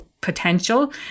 potential